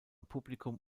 publikum